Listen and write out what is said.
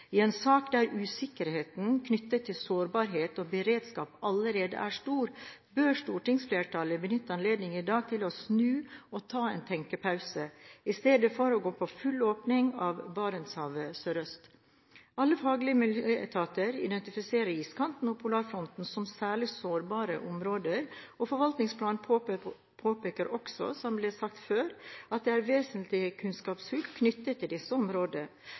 I en sak der usikkerheten knyttet til sårbarhet og beredskap allerede er stor, bør stortingsflertallet benytte anledningen i dag til å snu og ta en tenkepause, i stedet for å gå for full åpning av Barentshavet sørøst. Alle faglige miljøetater identifiserer iskanten og polarfronten som særlig sårbare områder, og forvaltningsplanen påpeker også, som det ble sagt før, at det er vesentlige kunnskapshull knyttet til disse områdene.